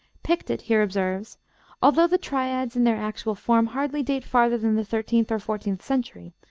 pictet here observes although the triads in their actual form hardly date farther than the thirteenth or fourteenth century,